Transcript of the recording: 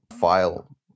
file